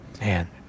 Man